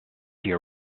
your